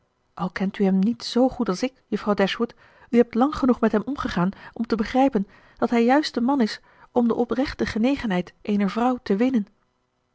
al kent u hem niet z goed als ik juffrouw dashwood u hebt lang genoeg met hem omgegaan om te begrijpen dat hij juist de man is om de oprechte genegenheid eener vrouw te winnen